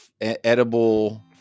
edible